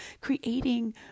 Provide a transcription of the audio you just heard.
creating